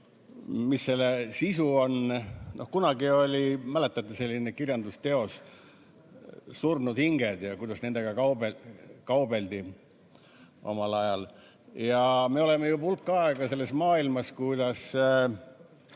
mis selle sisu on. Kunagi oli, mäletate, selline kirjandusteos nagu "Surnud hinged", et kuidas nendega kaubeldi omal ajal. Me oleme juba hulk aega selles maailmas, kus